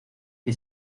que